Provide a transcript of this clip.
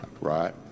right